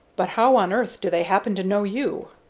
but how on earth do they happen to know you?